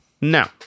no